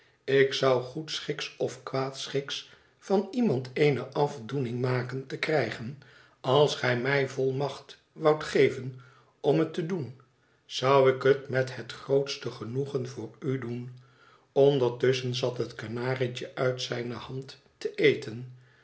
ik zou goedschiks of kwaadschiks van iemand eene afdoening maken te krijgen als gij mij volmacht woudt geven om het te doen zou ik het met het grootste genoegen voor u doen ondertusschen zat het kanarietje uit zijne hand te eten